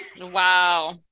Wow